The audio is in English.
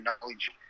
knowledge